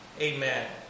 Amen